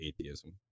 atheism